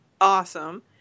awesome